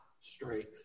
strength